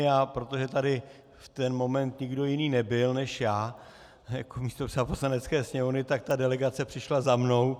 A protože tady v ten moment nikdo jiný nebyl než já jako místopředseda Poslanecké sněmovny, tak ta delegace přišla za mnou.